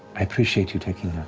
i appreciate you taking